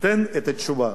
אני מאוד מקווה,